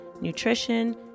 nutrition